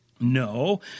No